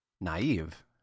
naive